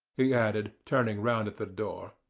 he added, turning round at the door